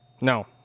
no